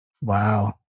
wow